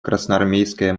красноармейская